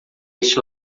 este